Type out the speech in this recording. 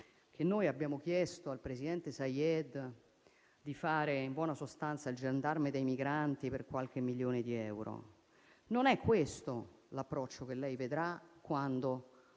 che noi abbiamo chiesto al presidente Saïed di fare in buona sostanza il gendarme dei migranti per qualche milione di euro; non è questo l'approccio che si vedrà, quando